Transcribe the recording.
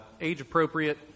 age-appropriate